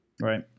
Right